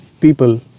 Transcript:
people